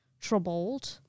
troubled